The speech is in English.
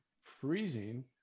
freezing